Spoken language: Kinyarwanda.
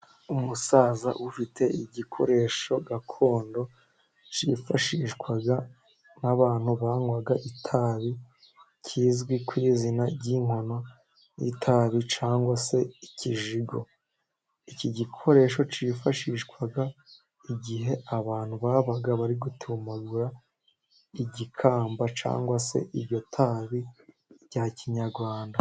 Umusaza ufite igikoresho gakondo cyifashishwa n'abantu banwaga itabi, kizwi ku izina ry'inkono y'itabi cyangwa se ikijigo. Iki gikoresho cyifashishwaga igihe abantu baba bari gutumagura igikamba, cyangwa se iryo tabi rya kinyarwanda.